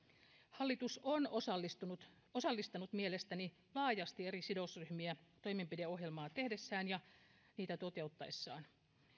hallitus on osallistanut mielestäni laajasti eri sidosryhmiä toimenpideohjelmaa tehdessään ja toteuttaessaan